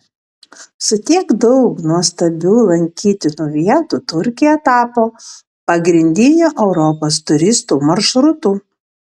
su tiek daug nuostabių lankytinų vietų turkija tapo pagrindiniu europos turistų maršrutu